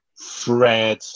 Fred